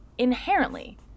Inherently